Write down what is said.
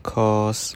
cause